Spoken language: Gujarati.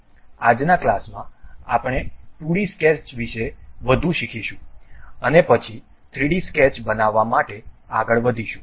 આજના ક્લાસમાં આપણે 2 ડી સ્કેચ વિશે વધુ શીખીશું અને પછી 3 ડી સ્કેચ બનાવવા માટે આગળ વધીશું